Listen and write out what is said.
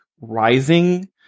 rising